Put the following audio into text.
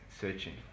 searching